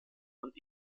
und